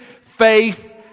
faith